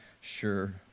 sure